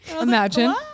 imagine